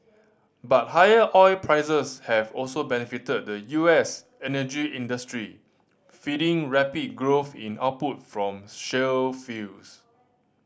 but higher oil prices have also benefited the U S energy industry feeding rapid growth in output from shale fields